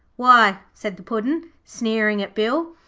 why said the puddin', sneering at bill,